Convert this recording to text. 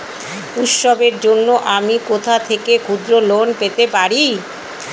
উৎসবের জন্য আমি কোথা থেকে ক্ষুদ্র লোন পেতে পারি?